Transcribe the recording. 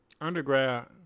undergrad